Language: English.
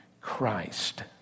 Christ